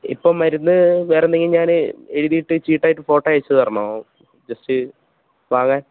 ഇപ്പോള് മരുന്ന് വേറെ എന്തെങ്കിലും ഞാന് എഴുതിയിട്ട് ചീട്ടായിട്ട് ഫോട്ടോ അയച്ചുതരണോ ജെസ്റ്റ് വാങ്ങാൻ